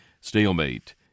stalemate